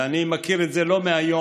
ואני מכיר את זה לא מהיום.